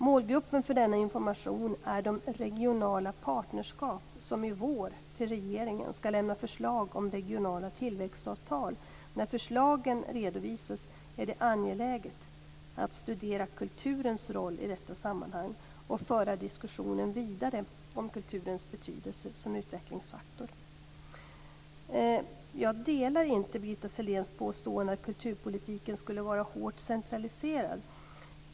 Målgruppen för denna information är de regionala partnerskap som i vår till regeringen skall lämna förslag om regionala tillväxtavtal. När förslagen redovisas är det angeläget att studera kulturens roll i detta sammanhang och föra diskussionen vidare om kulturens betydelse som utvecklingsfaktor. Jag håller inte med om Birgitta Selléns påstående att kulturpolitiken skulle vara hårt centraliserad.